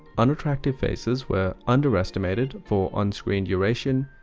unattractive faces were underestimated for on screen duration,